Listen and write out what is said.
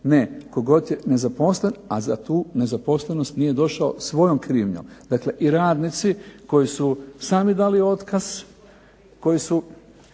Ne, tko god je nezaposlen, a za tu nezaposlenost nije došao svojom krivnjom. Dakle i radnici koji su sami dali otkaz, koji su